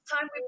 time